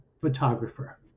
photographer